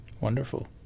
Wonderful